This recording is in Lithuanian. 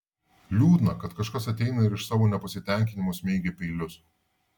liūdna kad kažkas ateina ir iš savo nepasitenkinimo smeigia peilius